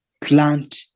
plant